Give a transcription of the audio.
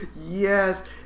Yes